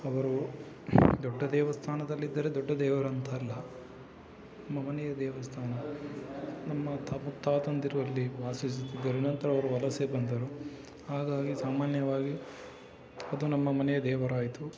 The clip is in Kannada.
ಅವರು ದೊಡ್ಡ ದೇವಸ್ಥಾನದಲ್ಲಿದ್ದರೆ ದೊಡ್ಡ ದೇವರಂತಲ್ಲ ನಮ್ಮ ಮನೆಯ ದೇವಸ್ಥಾನ ನಮ್ಮ ತಾ ಮುತ್ತಾತಂದಿರು ಅಲ್ಲಿ ವಾಸಿಸುತ್ತಿದ್ದರು ನಂತರ ಅವರು ವಲಸೆ ಬಂದರು ಹಾಗಾಗಿ ಸಾಮಾನ್ಯವಾಗಿ ಅದು ನಮ್ಮ ಮನೆಯ ದೇವರಾಯಿತು